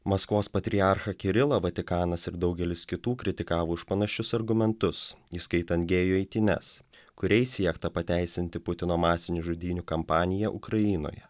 maskvos patriarchą kirilą vatikanas ir daugelis kitų kritikavo už panašius argumentus įskaitant gėjų eitynes kuriais siekta pateisinti putino masinių žudynių kampaniją ukrainoje